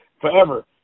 forever